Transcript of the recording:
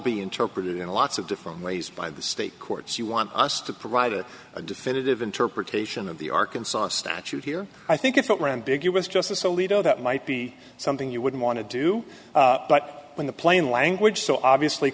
be interpreted in lots of different ways by the state courts you want us to provide a definitive interpretation of the arkansas statute here i think if it ran big u s justice alito that might be something you wouldn't want to do but when the plain language so obviously